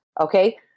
Okay